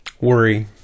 worry